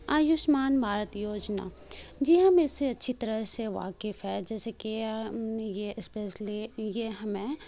آیوشمان بھارت یوجنا جی ہم اس سے اچھی طرح سے واقف ہے جیسے کہ یہ اسپیشلی یہ ہمیں